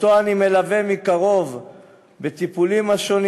ואני מלווה אותו מקרוב בטיפולים השונים